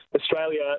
Australia